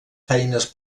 feines